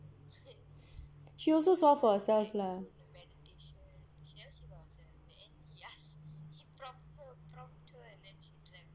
she also saw for yourself ah